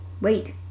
wait